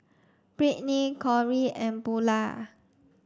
Brittnie Cory and Bulah